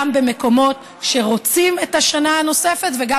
גם במקומות שרוצים את השנה הנוספת וגם